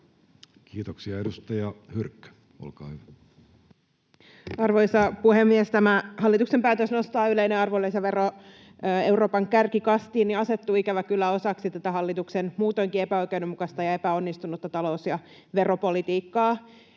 muuttamisesta Time: 14:56 Content: Arvoisa puhemies! Tämä hallituksen päätös nostaa yleinen arvonlisävero Euroopan kärkikastiin asettuu ikävä kyllä osaksi tätä hallituksen muutoinkin epäoikeudenmukaista ja epäonnistunutta talous‑ ja veropolitiikkaa.